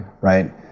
Right